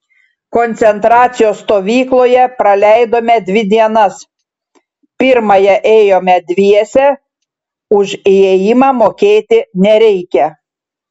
koncentracijos stovykloje praleidome dvi dienas pirmąją ėjome dviese už įėjimą mokėti nereikia